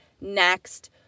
next